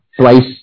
twice